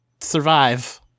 survive